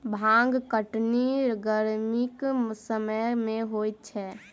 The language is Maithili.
भांग कटनी गरमीक समय मे होइत छै